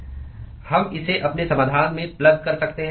हम इसे अपने समाधान में प्लग कर सकते हैं